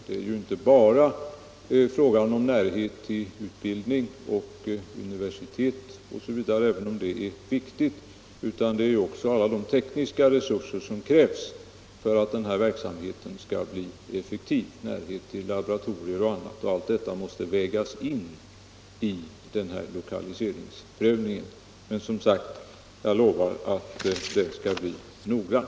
Det är inte bara fråga om närheten till utbildning, universitet osv., även om det är viktigt, utan också till alla de tekniska resurser som krävs för att denna verksamhet skall bli effektiv — närheten till laboratorier och annat. Allt detta måste vägas in i den här lokaliseringsprövningen. Men, som sagt, jag lovar att den skall bli noggrann.